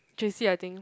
j_c I think